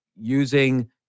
using